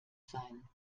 sein